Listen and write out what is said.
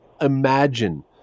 imagine